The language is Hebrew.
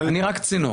אה, זה, אני רק צינור.